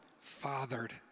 fathered